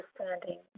understanding